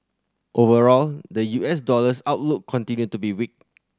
overall the U S dollar's outlook continued to be weak